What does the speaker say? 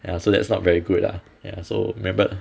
ya so that's not very good lah ya so remember